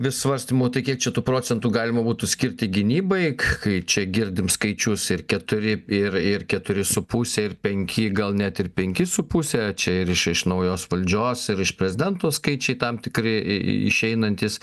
vis svarstymų tai kiek čia tų procentų galima būtų skirti gynybai kai čia girdim skaičius ir keturi ir ir keturi su puse ir penki gal net ir penki su puse čia ir iš iš naujos valdžios ir iš prezidento skaičiai tam tikri išeinantys